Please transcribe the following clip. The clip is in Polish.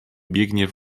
biegnie